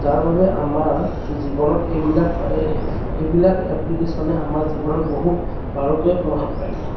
যাৰ বাবে আমাৰ জীৱনত এইবিলাক এইবিলাক এপ্লিকেচনে আমাৰ জীৱনত বহু বাৰুকৈ প্ৰভাৱ পেলায় এইবিলাক এপক আচলতে আমি এই মানে প্ৰযুক্তি বিদ্য়াৰ একো একোটা